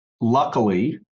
luckily